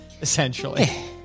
essentially